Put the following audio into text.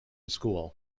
school